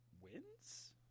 wins